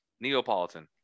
Neapolitan